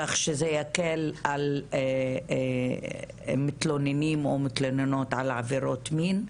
כך שזה ייקל על על המתלוננים או המתלוננות על עבירות מין,